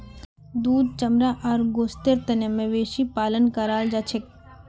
दूध चमड़ा आर गोस्तेर तने मवेशी पालन कराल जाछेक